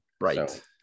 right